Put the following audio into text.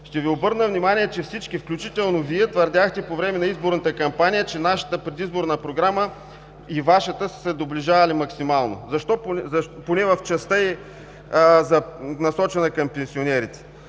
Ще Ви обърна внимание, че всички включително, Вие, твърдяхте по време на изборната кампания, че нашата предизборна програма и Вашата са се доближавали максимално, поне в частта ѝ насочена към пенсионерите.